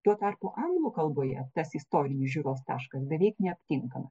tuo tarpu anglų kalboje tas istorinis žiūros taškas beveik neaptinkama